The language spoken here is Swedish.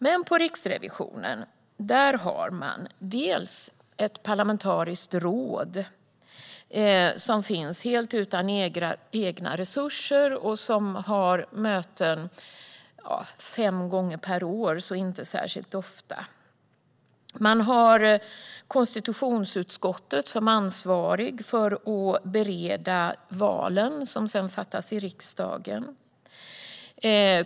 Men på Riksrevisionen har man ett parlamentariskt råd helt utan egna resurser och som har möten fem gånger per år, vilket alltså inte är särskilt ofta. KU är ansvarigt för att bereda valen som sedan görs i riksdagen.